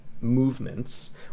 movements